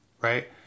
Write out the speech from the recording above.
right